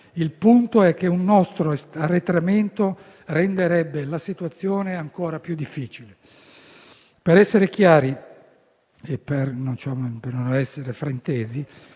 Il punto è che un nostro arretramento renderebbe la situazione è ancora più difficile. Per essere chiari e per non essere fraintesi,